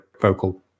vocal